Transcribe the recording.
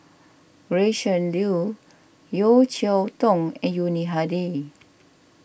Gretchen Liu Yeo Cheow Tong and Yuni Hadi